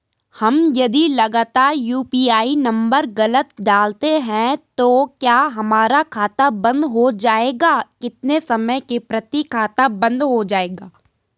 हम यदि लगातार यु.पी.आई नम्बर गलत डालते हैं तो क्या हमारा खाता बन्द हो जाएगा कितने समय के लिए खाता बन्द हो जाएगा?